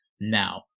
Now